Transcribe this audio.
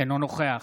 אינו נוכח